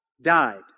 died